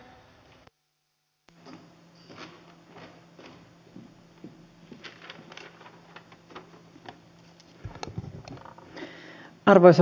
hyvät edustajakollegat